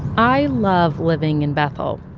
i love living in bethel.